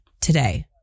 today